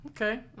Okay